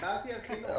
דיברתי על חינוך.